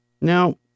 Now